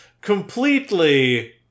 completely